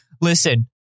Listen